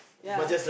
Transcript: ya